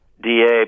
Da